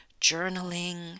journaling